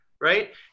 Right